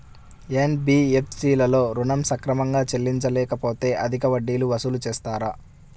NBFC లలో ఋణం సక్రమంగా చెల్లించలేకపోతె అధిక వడ్డీలు వసూలు చేస్తారా?